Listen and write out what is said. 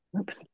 Oops